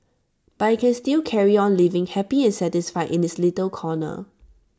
but IT can still carry on living happy and satisfied in its little corner